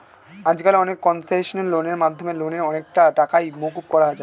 আজকাল অনেক কনসেশনাল লোনের মাধ্যমে লোনের অনেকটা টাকাই মকুব করা যায়